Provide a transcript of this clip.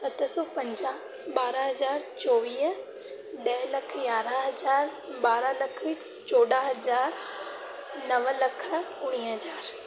सत सौ पंजाह ॿारहां हज़ार चोवीह ॾह लख यारहां हज़ार ॿारहां लख चोॾहां हज़ार नव लख उणिवीह हज़ार